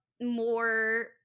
more